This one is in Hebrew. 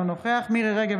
אינו נוכח מירי מרים רגב,